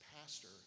pastor